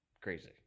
Crazy